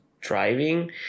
driving